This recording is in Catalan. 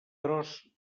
tros